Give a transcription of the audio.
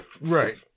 Right